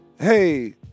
hey